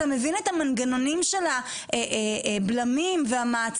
אתה מבין את המנגנונים של הבלמים והמעצורים,